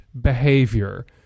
behavior